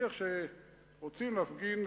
נניח שרוצים להפגין,